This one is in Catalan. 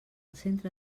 centre